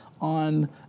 on